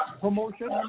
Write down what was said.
promotion